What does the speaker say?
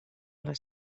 les